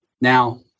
Now